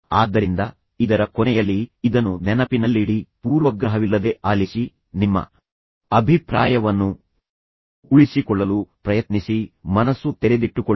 ಆದ್ದರಿಂದ ಇದರ ಕೊನೆಯಲ್ಲಿ ಇದನ್ನು ನೆನಪಿನಲ್ಲಿಡಿ ಪೂರ್ವಗ್ರಹವಿಲ್ಲದೆ ಆಲಿಸಿ ನಿಮ್ಮ ಅಭಿಪ್ರಾಯವನ್ನು ಉಳಿಸಿಕೊಳ್ಳಲು ಪ್ರಯತ್ನಿಸಿ ಮನಸ್ಸು ತೆರೆದಿಟ್ಟುಕೊಳ್ಳಿ